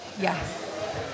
Yes